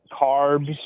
carbs